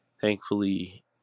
thankfully